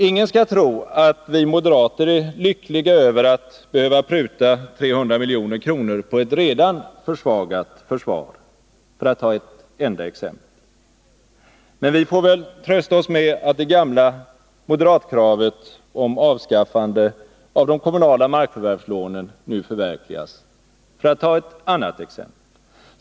Ingen skall tro, att vi moderater är lyckliga över att behöva pruta 300 milj.kr. på ett redan försvagat försvar, för att ta ett exempel. Men vi får väl — för att ta ett annat exempel — trösta oss med, att det gamla moderatkravet om avskaffande av de kommunala markförvärvslånen nu förverkligas.